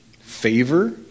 Favor